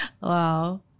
Wow